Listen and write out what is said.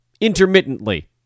intermittently